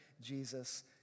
Jesus